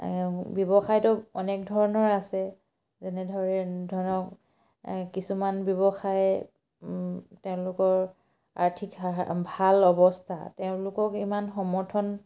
ব্যৱসায়টো অনেক ধৰণৰ আছে যেনেধৰে ধৰক কিছুমান ব্যৱসায় তেওঁলোকৰ আৰ্থিক ভাল অৱস্থা তেওঁলোকক ইমান সমৰ্থন